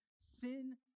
sin